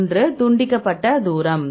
ஒன்று துண்டிக்கப்பட்ட தூரம்